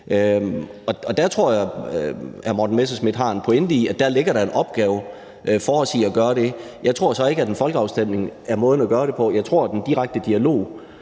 Der tror jeg at hr. Morten Messerschmidt har en pointe i, at der ligger en opgave for os i at gøre det. Jeg tror så ikke, at en folkeafstemning er måden at gøre det på. Jeg tror, at en direkte dialog